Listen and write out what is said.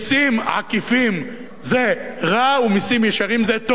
עקיפים זה רע ומסים ישירים זה טוב,